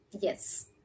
Yes